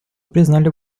признали